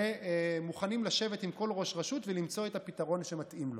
והם מוכנים לשבת עם כל ראש רשות ולמצוא את הפתרון שמתאים לו.